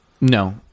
no